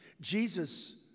Jesus